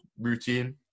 routine